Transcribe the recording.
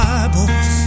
Bibles